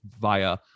via